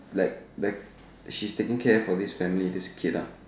like back she's taking care for this family this kid lah